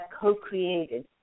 co-created